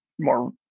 more